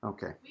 Okay